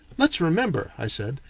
let's remember, i said,